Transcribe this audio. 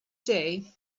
day